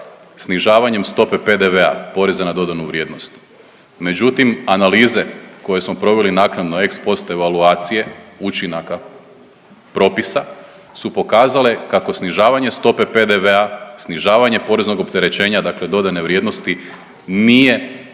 snižavanjem stope PDV-a, poreza na dodanu vrijednost, međutim analize koje smo proveli naknadno ex poste valuacije učinaka propisa su pokazale kako snižavanje stope PDV-a, snižavanje poreznog opterećenja dakle dodane vrijednosti nije